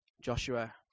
Joshua